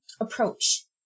approach